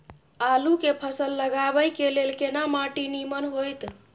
आलू के फसल लगाबय के लेल केना माटी नीमन होयत?